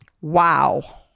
wow